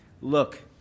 Look